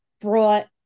brought